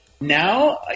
now